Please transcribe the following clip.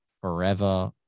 forever